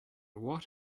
what